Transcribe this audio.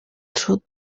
sud